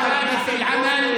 תתרגמו לי.